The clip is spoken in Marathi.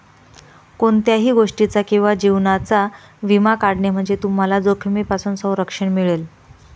कोणत्याही गोष्टीचा किंवा जीवनाचा विमा काढणे म्हणजे तुम्हाला जोखमीपासून संरक्षण मिळेल